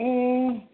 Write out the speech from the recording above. ए